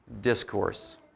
discourse